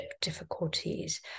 difficulties